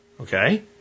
Okay